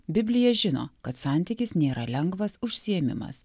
biblija žino kad santykis nėra lengvas užsiėmimas